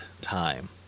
time